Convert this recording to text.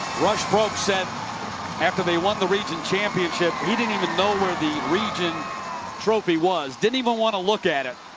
rush probst said after they won the region championship, he didn't even know where the region trophy was. didn't even want to look at it.